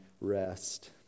rest